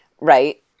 Right